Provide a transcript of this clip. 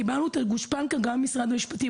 קיבלנו את הגושפנקא גם ממשרד המשפטים.